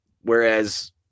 Whereas